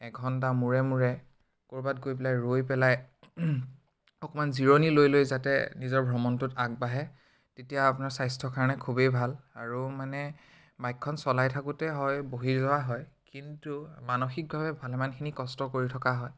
এঘণ্টাৰ মূৰে মূৰে ক'ৰবাত গৈ পেলাই ৰৈ পেলাই অকণমান জিৰণি লৈ লৈ যাতে নিজৰ ভ্ৰমণটোত আগবাঢ়ে তেতিয়া আপোনাৰ স্বাস্থ্যৰ কাৰণে খুবেই ভাল আৰু মানে বাইকখন চলাই থাকোঁতে হয় বহি যোৱা হয় কিন্তু মানসিকভাৱে ভালেমানখিনি কষ্ট কৰি থকা হয়